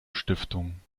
stiftung